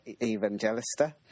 Evangelista